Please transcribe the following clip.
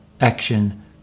action